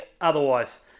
otherwise